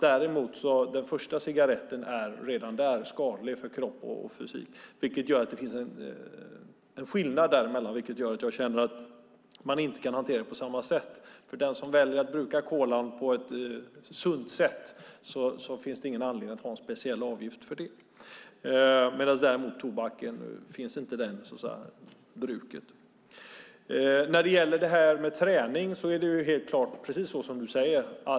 Däremot är redan den första cigaretten skadlig för kropp och fysik. Denna skillnad gör att jag känner att man inte kan hantera det på samma sätt. När människor kan välja att bruka colan på ett sunt sätt finns det ingen anledning att ha en speciell avgift, men när det gäller tobaken finns inte det bruket, så att säga. När det gäller träning är det helt klart som du säger.